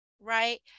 right